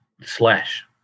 Slash